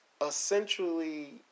essentially